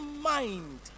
mind